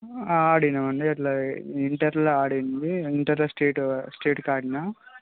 ఆ ఆడినాము అండి ఇట్లా ఇంటర్లో ఆడింది ఇంటర్లో స్టేటు స్టేట్కు ఆడిన